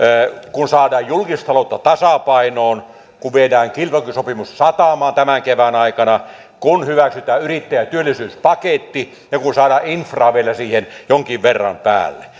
kun saadaan julkistaloutta tasapainoon kun viedään kilpailukykysopimus satamaan tämän kevään aikana kun hyväksytään yrittäjän työllisyyspaketti ja kun saadaan infraa vielä siihen jonkin verran päälle